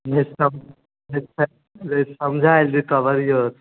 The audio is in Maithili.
समझाइल जे कहलियै